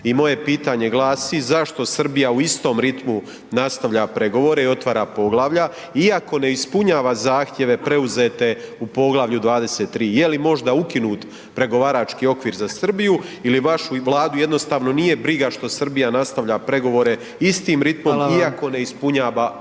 I moje pitanje glasi, zašto Srbija u istom rimu nastavlja pregovore i otvara poglavlja iako ne ispunjava zahtjeve preuzete u poglavlju 23.? Jeli možda ukinut pregovarački okvir za Srbiju ili vašu Vladu jednostavno nije briga što Srbija nastavlja pregovore istim ritmom iako ne ispunjava obveze